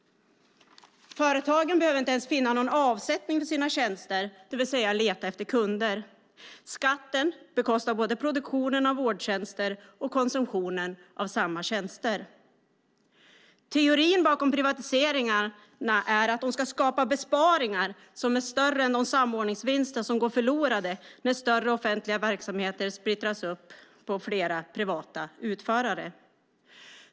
Företagen behöver inte ens finna någon avsättning för sina tjänster, det vill säga leta efter kunder. Skatten bekostar både produktionen av vårdtjänster och konsumtionen av samma tjänster. Teorin bakom privatiseringarna är att de ska skapa besparingar som är större än de samordningsvinster som går förlorade när större offentliga verksamheter splittras upp på flera privata utförare.